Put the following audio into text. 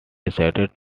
decided